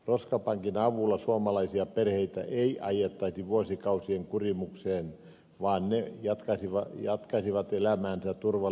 roskapankin avulla suomalaisia perheitä ei ajettaisi vuosikausien kurimukseen vaan ne jatkaisivat elämäänsä turvallisissa oloissa